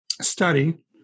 study